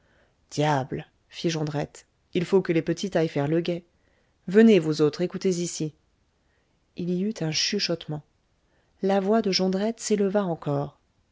diable fit jondrette il faut que les petites aillent faire le guet venez vous autres écoutez ici il y eut un chuchotement la voix de jondrette s'éleva encore